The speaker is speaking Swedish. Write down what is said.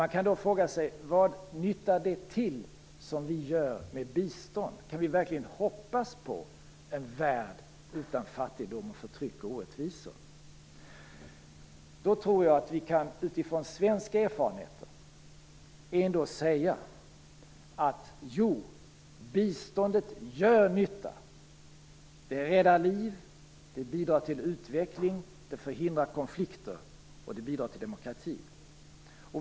Man kan då fråga sig: Vad nyttar vårt bistånd till? Kan vi verkligen hoppas på en värld utan fattigdom, förtryck och orättvisor? Jag tror att vi utifrån svenska erfarenheter ändå kan säga: Jo, biståndet gör nytta! Det räddar liv, det bidrar till utveckling, det förhindrar konflikter och det bidrar till demokrati.